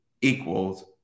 equals